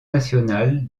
national